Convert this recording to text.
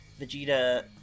Vegeta